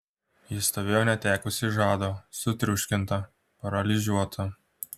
ji stovėjo netekusi žado sutriuškinta paralyžiuota